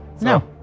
No